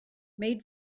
made